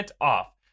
off